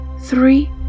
three